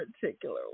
particular